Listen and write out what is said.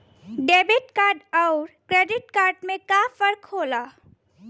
Debit card अउर credit card में का फर्क होला?